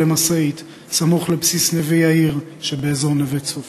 למשאית סמוך לבסיס נווה-יאיר שבאזור נווה-צוף.